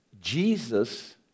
Jesus